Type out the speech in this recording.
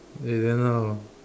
eh then how